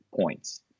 points